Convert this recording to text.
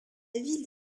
ville